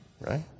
right